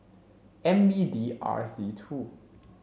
N B D R Z two